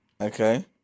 Okay